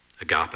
agape